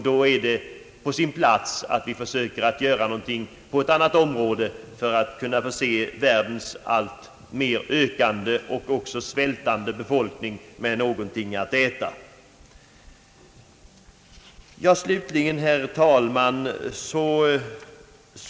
Då är det på sin plats att vi försöker göra någonting på ett annat område för att kunna förse världens alltmer ökande och också svältande befolkning med någonting att äta. Herr talman!